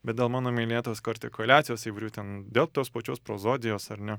bet dėl mano minėtos kortikuliacijos įvairių ten dėl tos pačios prozodijos ar ne